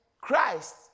Christ